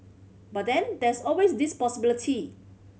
but then there's always this possibility